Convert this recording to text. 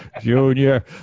Junior